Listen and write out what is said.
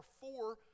four